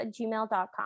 gmail.com